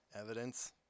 Evidence